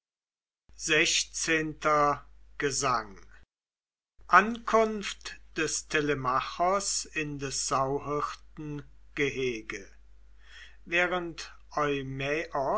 xvi gesang ankunft des telemachos in des sauhirten gehege während